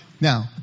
Now